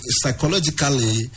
psychologically